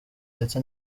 ndetse